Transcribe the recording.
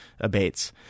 abates